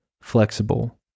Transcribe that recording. flexible